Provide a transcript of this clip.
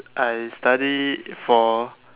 I study for